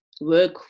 work